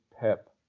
Pep